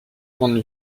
grande